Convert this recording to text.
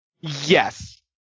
Yes